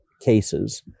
cases